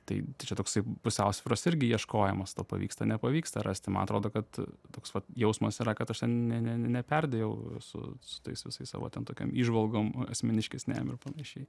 tai toksai pusiausvyros irgi ieškojimas tau pavyksta nepavyksta rasti man atrodo kad toks vat jausmas yra kad aš ten ne ne ne neperdėjau su tais visais savo ten tokiom įžvalgom asmeniškesnėm ir panašiai